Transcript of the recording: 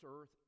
earth